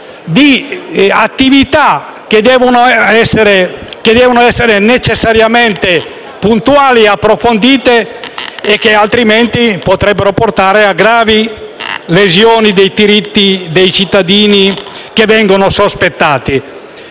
di attività che devono essere necessariamente puntuali e approfondite, perché altrimenti potrebbero portare a gravi lesioni dei diritti dei cittadini sospettati.